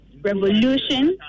revolution